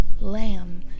lamb